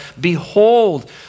Behold